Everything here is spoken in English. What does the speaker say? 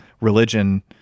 religion